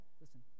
listen